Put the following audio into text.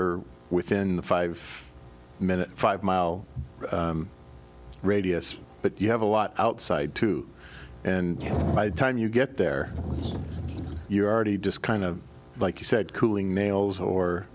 are within the five minute five mile radius but you have a lot outside too and by the time you get there you're already discussion of like you said cooling nails or